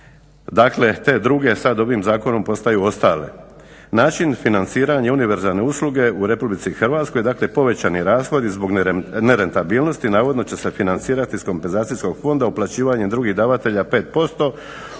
Dakle, te druge sada ovim zakonom postaju ostale. Način financiranja univerzalne usluge u Republici Hrvatskoj, dakle povećani rashodi zbog nerentabilnosti navodno će se financirati iz kompenzacijskog fonda uplaćivanjem drugih davatelja 5%,